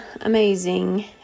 amazing